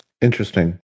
Interesting